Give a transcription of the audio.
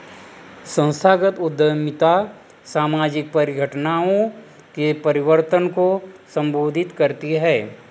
संस्थागत उद्यमिता सामाजिक परिघटनाओं के परिवर्तन को संबोधित करती है